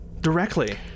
directly